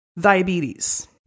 diabetes